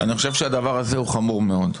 אני חושב שהדבר הזה הוא חמור מאוד.